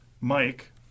Mike